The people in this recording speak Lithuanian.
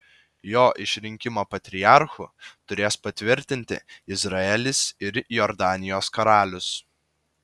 jo išrinkimą patriarchu turės patvirtinti izraelis ir jordanijos karalius